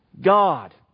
God